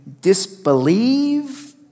disbelieve